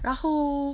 然后